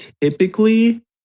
typically